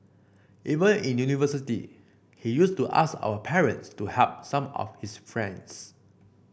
even in university he used to ask our parents to help some of his friends